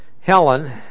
Helen